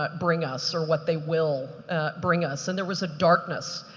but bring us or what they will bring us. and there was a darkness,